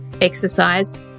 exercise